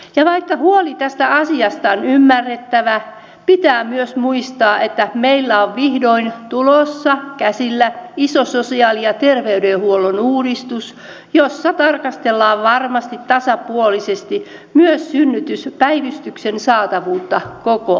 vaikka huoli tästä asiasta on ymmärrettävä pitää myös muistaa että meillä on vihdoin tulossa käsillä iso sosiaali ja terveydenhuollon uudistus jossa tarkastellaan varmasti tasapuolisesti myös synnytyspäivystyksen saatavuutta koko